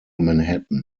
manhattan